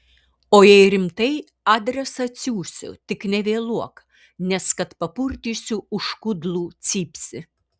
o jei rimtai adresą atsiųsiu tik nevėluok nes kad papurtysiu už kudlų cypsi